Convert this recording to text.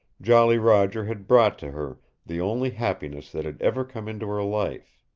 jolly roger had brought to her the only happiness that had ever come into her life.